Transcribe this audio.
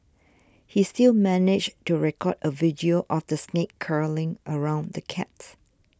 he still managed to record a video of the snake curling around the cat